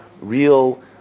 real